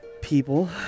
people